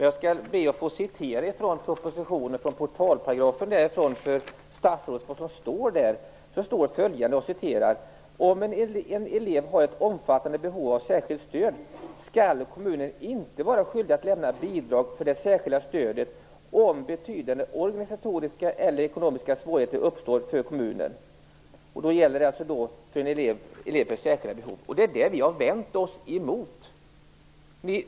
Jag skall be att få citera från portalparagrafen i propositionen: "Om en elev har ett omfattande behov av särskilt stöd, skall kommunen inte vara skyldig att lämna bidrag för det särskilda stödet, om betydande organisatoriska eller ekonomiska svårigheter uppstår för kommunen." Det gäller alltså för en elev med särskilda behov. Det har vi vänt oss emot.